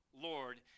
Lord